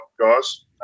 guys